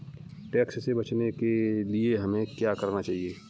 Tax से बचने के लिए हमें क्या करना चाहिए?